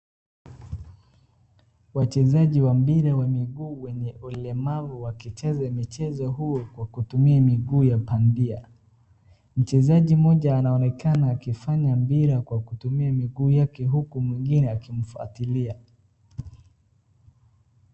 Wachezaji wa mpira wa miguu wenye ulemavu wakicheza mchezo huu kwa kutumia miguu ya bandia. Mchezaji mmoja anaonekana akifanya mpira kwa kutumia miguu yake huku mwingine akimfuatilia.